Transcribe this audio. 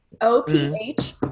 O-P-H